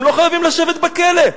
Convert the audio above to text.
הם לא חייבים לשבת בכלא.